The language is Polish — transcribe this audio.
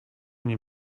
nie